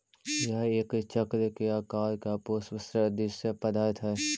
यह एक चक्र के आकार का पुष्प सदृश्य पदार्थ हई